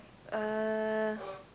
uh